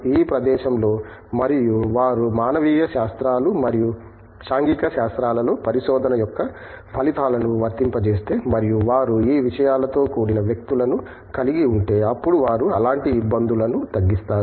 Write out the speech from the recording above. ఈ ప్రదేశం లో మరియు వారు మానవీయ శాస్త్రాలు మరియు సాంఘిక శాస్త్రాలలో పరిశోధన యొక్క ఫలితాలను వర్తింపజేస్తే మరియు వారు ఈ విషయాలతో కూడిన వ్యక్తులను కలిగి ఉంటే అప్పుడు వారు అలాంటి ఇబ్బందులను తగ్గిస్తారు